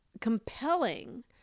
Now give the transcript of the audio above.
compelling